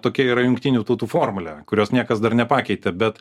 tokia yra jungtinių tautų formulė kurios niekas dar nepakeitė bet